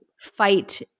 fight